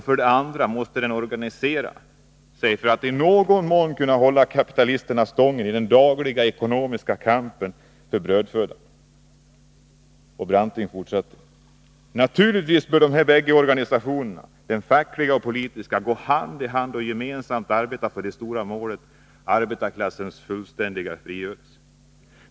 För det andra måste de organisera sig för att i någon mån kunna hålla kapitalisterna stången i den dagliga, ekonomiska kampen för sin brödföda. ”Naturligtvis böra bägge dessa organisationer, den fackliga och den politiska, gå hand i hand och gemensamt arbeta för det stora målet: arbetarklassens fullständiga frigörelse.